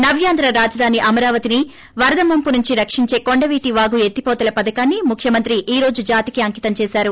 నవ్యాంధ్ర రాజధాని అమరావతిని వరద ముంపు నుంచి రక్షించే కొండవీటి వాగు ఎత్తిపోతల పథకాన్ని ముఖ్యమంత్రి ఈ రోజు జాతికి అంకితం చేశారు